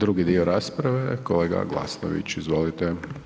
Drugi dio rasprave, kolega Glasnović, izvolite.